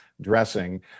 dressing